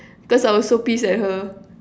because I was so pissed at her